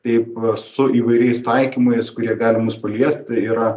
taip va su įvairiais taikymais kurie gali mus paliesti ir yra